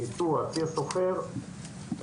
הצי הסוחר,